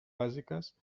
bàsiques